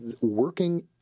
working